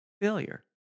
failure